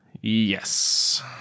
Yes